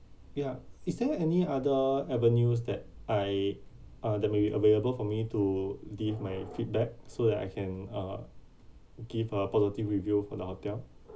ya is there any other avenues that I uh that may be available for me to leave my feedback so that I can uh give a positive review for the hotel